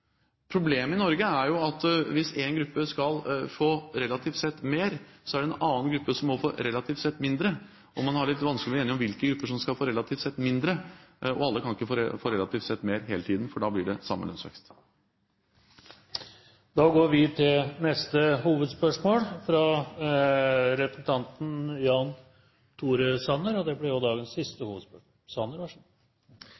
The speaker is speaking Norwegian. Problemet i Norge er jo at hvis én gruppe skal få relativt sett mer, er det en annen gruppe som må få relativt sett mindre – og man har litt vanskelig for å bli enig om hvilke grupper som skal få relativt sett mindre. Alle kan ikke få relativt sett mer hele tiden, for da blir det samme lønnsvekst. Da går vi til neste og siste hovedspørsmål. I går utstedte Arbeiderpartiet en «Lesegaranti for alle barn i annenklasse». Det gledet skolepartiet Høyre, og vi håpet at det